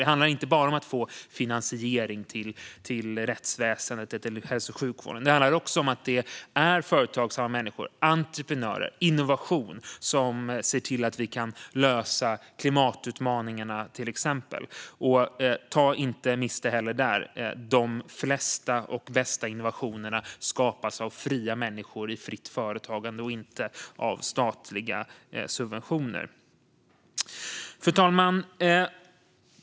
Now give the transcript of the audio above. Det handlar inte bara om att få finansiering till rättsväsendet eller hälso och sjukvården utan också om att det är företagsamma människor, entreprenörer, och innovation som ser till att vi kan lösa till exempel klimatutmaningarna. Och ta inte miste där heller - de flesta och bästa innovationerna skapas av fria människor i fritt företagande och inte av statliga subventioner. Fru talman!